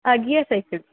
gear cycle